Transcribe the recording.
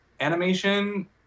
animation